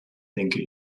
denke